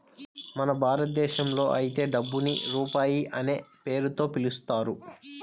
మన భారతదేశంలో అయితే డబ్బుని రూపాయి అనే పేరుతో పిలుస్తారు